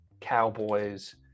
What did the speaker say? Cowboys